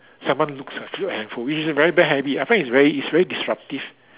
someone looks at at your phone which is a very bad habit I find it's very it's very disruptive